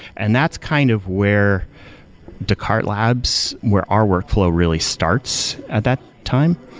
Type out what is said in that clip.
and that's kind of where descartes labs, where our workflow really starts at that time.